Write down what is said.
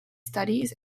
studies